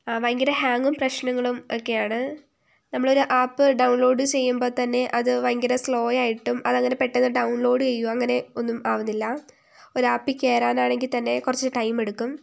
ഭയങ്കര ഹാങ്ങും പ്രശ്നങ്ങളും ഒക്കെ ആണ് നമ്മളൊരു ആപ്പ് ഡൗൺലോഡ് ചെയ്യുമ്പോൾത്തന്നെ അത് ഭയങ്കര സ്ലോ ആയിട്ടും അതങ്ങനെ പെട്ടന്ന് ഡൗൺലോഡ് ചെയ്യുകയോ അങ്ങനെ ഒന്നും ആവുന്നില്ല ഒരു ആപ്പിൽ കയറാനാണെങ്കിൽ തന്നെ കുറച്ച് ടൈം എടുക്കും